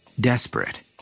Desperate